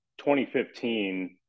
2015